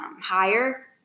higher